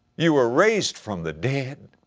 you were raised from the dead,